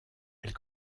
elle